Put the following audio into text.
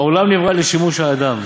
העולם נברא לשימוש האדם.